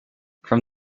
from